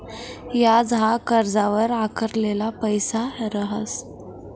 याज हाई कर्जवर आकारेल पैसा रहास